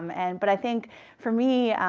um and but i think for me,